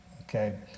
Okay